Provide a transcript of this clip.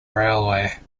railway